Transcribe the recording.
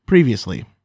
Previously